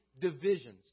divisions